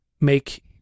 make